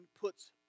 puts